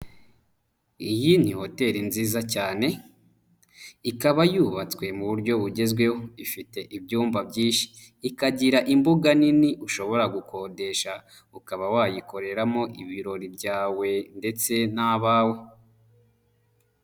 Iyi ni hoteri nziza cyane, ikaba yubatswe mu buryo bugezweho, ifite ibyumba byinshi, ikagira imbuga nini ushobora gukodesha ukaba wayikoreramo ibirori byawe ndetse n'abawe.